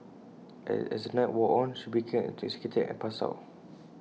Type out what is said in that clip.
as the night wore on she became intoxicated and passed out